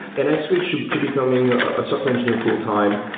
and i switched to becoming a software engineer full time.